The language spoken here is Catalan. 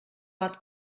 bat